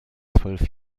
zwölf